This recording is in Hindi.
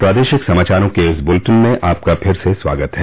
प्रादेशिक समाचारों के इस बुलेटिन में आपका फिर से स्वागत है